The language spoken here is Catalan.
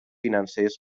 financers